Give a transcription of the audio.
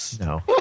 No